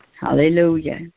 Hallelujah